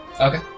Okay